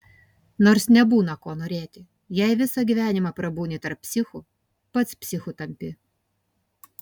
nors nebūna ko norėti jei visą gyvenimą prabūni tarp psichų pats psichu tampi